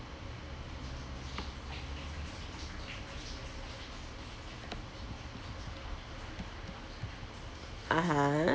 (uh huh)